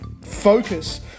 focus